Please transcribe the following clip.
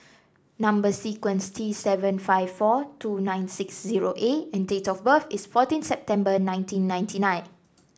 number sequence is T seven five four two nine six zero A and date of birth is fourteen September nineteen ninety nine